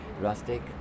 rustic